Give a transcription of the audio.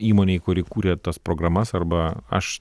įmonei kuri kūrė tas programas arba aš